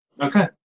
Okay